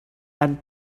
and